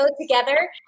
together